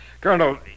Colonel